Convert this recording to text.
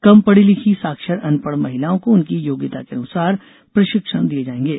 कम पढी लिखीसाक्षरअनपढ़ महिलाओं को उनकी योग्यता के अनुसार प्रशिक्षण दिये जाएंगे